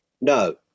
No